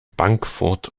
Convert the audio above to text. bankfurt